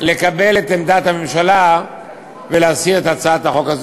לקבל את עמדת הממשלה ולהסיר את הצעת החוק.